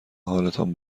حالتان